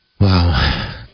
Wow